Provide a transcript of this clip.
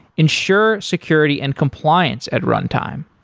ensure security and compliance at runtime.